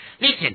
Listen